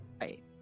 right